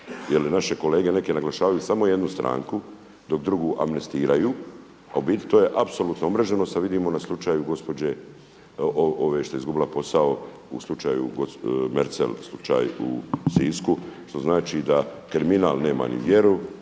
naše kolege naglašavaju samo jednu stranku dok drugu amnestiraju, a u biti to je apsolutna umreženost a vidimo na slučaju gospođe, ove što je izgubila posao u slučaju Merzel slučaj u Sisku, što znači da kriminal nema ni vjeru,